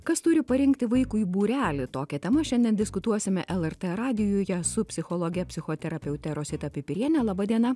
kas turi parinkti vaikui būrelį tokia tema šiandien diskutuosime lrt radijuje su psichologe psichoterapeute rosita pipirienė laba diena